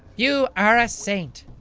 you are a saint.